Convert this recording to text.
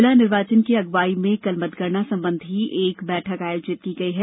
जिला निर्वाचन की अगवाई में कल मतगणना कार्य संबंधी एक बैठक आयोजित की गई है